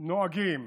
נוהגים